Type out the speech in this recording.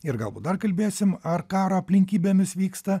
ir galbūt dar kalbėsim ar karo aplinkybėmis vyksta